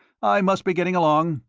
i must be getting along.